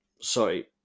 Sorry